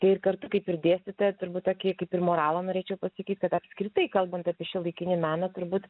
tai ir kartu kaip ir dėstyta turbūt tokį kaip ir moralą norėčiau pasakyt kad apskritai kalbant apie šiuolaikinį meną turbūt